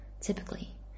Typically